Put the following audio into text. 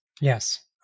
Yes